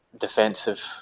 defensive